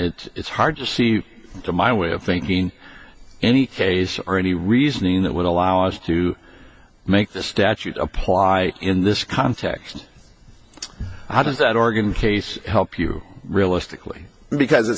hard to see to my way of thinking any case or any reasoning that would allow us to make the statute apply in this context how does that organ case help you realistically because it